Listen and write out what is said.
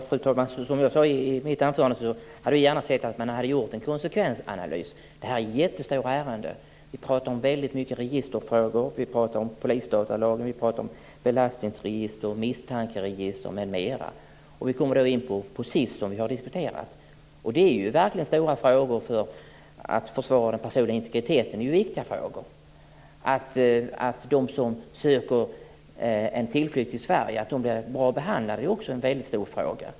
Fru talman! Som jag sade i mitt anförande hade vi gärna sett att man hade gjort en konsekvensanalys. Det här är jättestora ärenden. Vi pratar om många registerfrågor. Vi pratar om polisdatalagen, belastningsregister, misstankeregister m.m. Vi kommer in på SIS som vi har diskuterat. Det är verkligen stora frågor. Att försvara den personliga integriteten är ju viktiga frågor. Att de som söker sin tillflykt till Sverige blir bra behandlade är också en stor fråga.